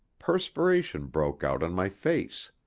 perspiration broke out on my face.